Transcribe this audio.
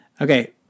Okay